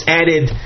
added